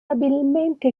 abilmente